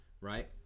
right